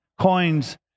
coins